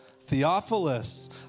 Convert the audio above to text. Theophilus